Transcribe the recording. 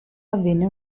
avvenne